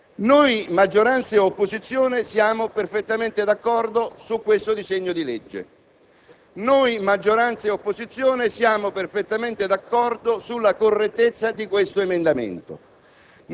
noi, maggioranza e opposizione, siamo perfettamente d'accordo su questo disegno di legge; noi, maggioranza e opposizione, siamo perfettamente d'accordo sulla correttezza di questo emendamento;